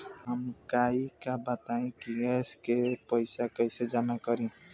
हमका ई बताई कि गैस के पइसा कईसे जमा करी?